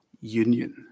union